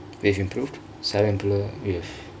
we've improved silent and for